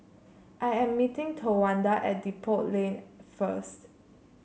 I am meeting Towanda at Depot Lane first